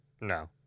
No